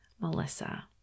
Melissa